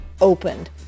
opened